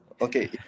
okay